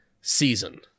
season